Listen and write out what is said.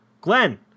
Glenn